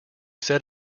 said